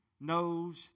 knows